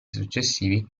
successivi